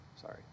Sorry